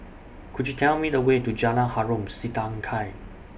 Could YOU Tell Me The Way to Jalan Harom Setangkai